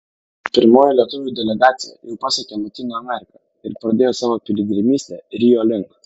pirmoji lietuvių delegacija jau pasiekė lotynų ameriką ir pradėjo savo piligrimystę rio link